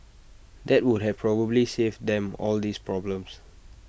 that would have probably saved them all these problems